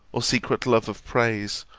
or secret love of praise,